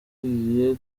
barahiye